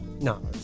no